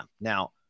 Now